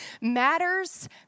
matters